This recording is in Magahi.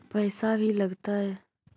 पैसा भी लगतय?